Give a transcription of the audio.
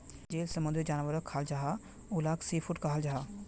जेल समुंदरी जानवरोक खाल जाहा उलाक सी फ़ूड कहाल जाहा